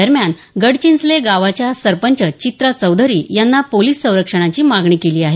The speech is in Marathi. दरम्यान गडचिंचले गावच्या सरपंच चित्रा चौधरी यांनी पोलीस संरक्षणांची मागणी केली आहे